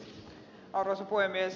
arvoisa puhemies